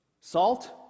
Salt